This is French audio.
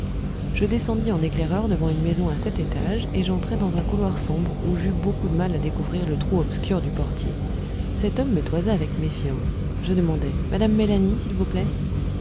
je descendis en éclaireur devant une maison à sept étages et j'entrai dans un couloir sombre où j'eus beaucoup de mal à découvrir le trou obscur du portier cet homme me toisa avec méfiance je demandai madame mélanie s'il vous plaît